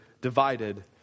divided